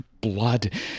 blood